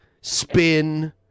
spin